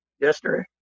yesterday